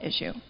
issue